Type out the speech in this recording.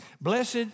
Blessed